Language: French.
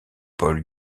paul